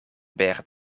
bergen